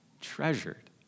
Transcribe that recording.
treasured